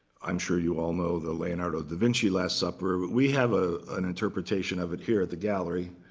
i'm sure you all know the leonardo da vinci last supper. but we have ah an interpretation of it here at the gallery.